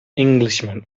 englishman